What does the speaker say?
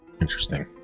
interesting